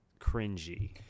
cringy